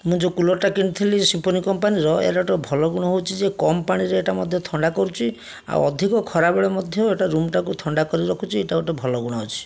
ମୁଁ ଯେଉଁ କୁଲର୍ ଟା କିଣିଥିଲି ସିମ୍ଫୋନି କମ୍ପାନୀର ଏହାର ଗୋଟେ ଭଲ ଗୁଣ ହେଉଛି ଯେ କମ୍ ପାଣିରେ ଏଇଟା ମଧ୍ୟ ଥଣ୍ଡା କରୁଛି ଆଉ ଅଧିକ ଖରାବେଳେ ମଧ୍ୟ ଏଇଟା ରୁମ୍ ଟାକୁ ଥଣ୍ଡା କରି ରଖୁଛି ଏଇଟା ଗୋଟେ ଭଲ ଗୁଣ ଅଛି